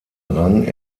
rang